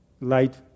light